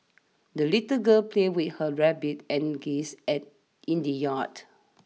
the little girl played with her rabbit and geese at in the yard